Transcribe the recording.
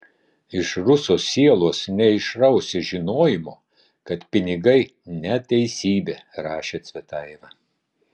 iš ruso sielos neišrausi žinojimo kad pinigai neteisybė rašė cvetajeva